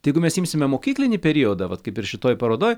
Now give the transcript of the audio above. tai jeigu mes imsime mokyklinį periodą vat kaip ir šitoj parodoj